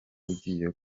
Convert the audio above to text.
ugiye